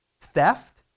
Theft